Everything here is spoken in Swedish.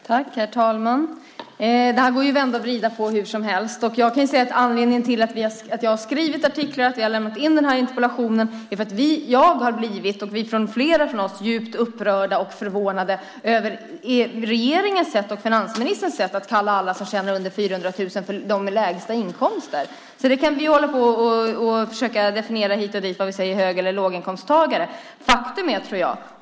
Herr talman! Det här går att vända och vrida på hur som helst. Anledningen till att jag har skrivit artiklar och att vi har lämnat in den här interpellationen är att jag och flera från oss har blivit djupt upprörda och förvånade över regeringens och finansministerns sätt att kalla alla som tjänar under 400 000 för dem med lägsta inkomster. Vi kan hålla på att försöka definiera hit och dit vad som är hög och låginkomsttagare.